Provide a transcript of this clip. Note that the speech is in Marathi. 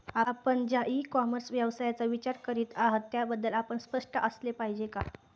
आपण ज्या इ कॉमर्स व्यवसायाचा विचार करीत आहात त्याबद्दल आपण स्पष्ट असले पाहिजे का?